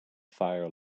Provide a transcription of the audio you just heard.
fire